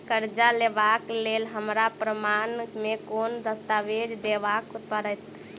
करजा लेबाक लेल हमरा प्रमाण मेँ कोन दस्तावेज देखाबऽ पड़तै?